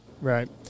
Right